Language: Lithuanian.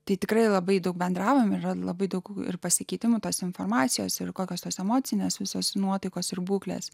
tikrai labai daug bendravome yra labai daug ir pasikeitimų tos informacijos ir kokios tos emocinės visos nuotaikos ir būklės